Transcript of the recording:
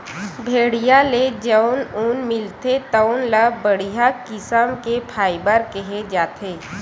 भेड़िया ले जउन ऊन मिलथे तउन ल बड़िहा किसम के फाइबर केहे जाथे